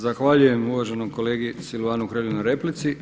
Zahvaljujem uvaženom kolegi Silvanu Hrelji na replici.